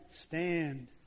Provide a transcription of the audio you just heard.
stand